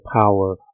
power